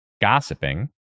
gossiping